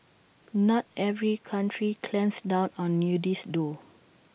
not every country clamps down on nudists though